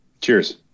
Cheers